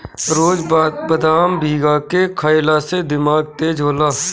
रोज बदाम भीगा के खइला से दिमाग तेज होला